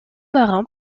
marin